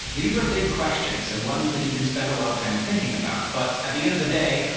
these are big questions and ones that you can spend a lot of time thinking about but at the end of the day,